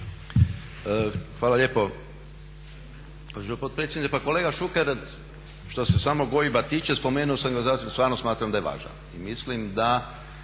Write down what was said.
Hvala lijepo